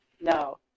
no